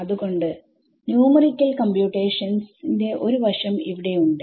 അത്കൊണ്ട് numerical computations ന്റെ ഒരു വശം ഇവിടെയുണ്ട്